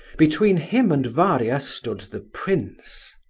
between him and varia stood the prince.